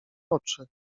oczy